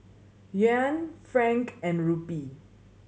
Yuan franc and Rupee